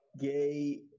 gay